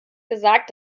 gesagt